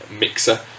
mixer